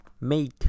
make